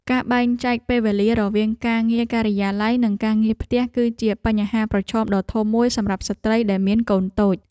ការបែងចែកពេលវេលារវាងការងារការិយាល័យនិងការងារផ្ទះ គឺជាបញ្ហាប្រឈមដ៏ធំមួយសម្រាប់ស្ត្រីដែលមានកូនតូច។